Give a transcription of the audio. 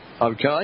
Okay